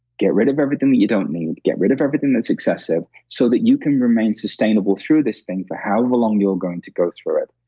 get rid of everything that you don't need, get rid of everything that's excessive so that you can remain sustainable through this thing for however long you're going to go through it.